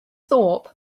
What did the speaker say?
thorp